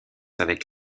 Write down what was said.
avec